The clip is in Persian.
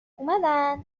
اومدن